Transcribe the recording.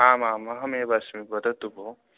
आमामाम् अहमेव अस्मि वदतु भो